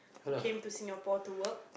who came to Singapore to work